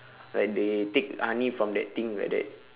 like they take honey from that thing like that